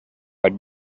had